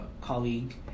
colleague